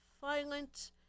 violent